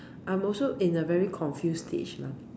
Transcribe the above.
I'm also in a very confused stage lah